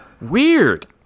Weird